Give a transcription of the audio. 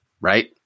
Right